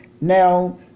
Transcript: now